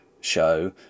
show